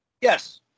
Yes